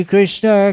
Krishna